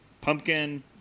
Pumpkin